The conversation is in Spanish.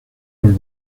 los